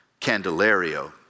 Candelario